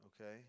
okay